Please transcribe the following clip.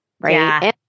right